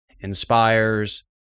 inspires